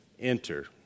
Enter